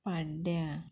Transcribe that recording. पाड्ड्यां